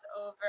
over